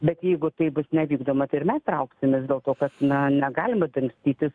bet jeigu tai bus nevykdoma tai ir mes trauksimės dėl to kad na negalima dangstytis